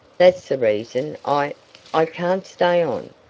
that's the reason i i can't stay on.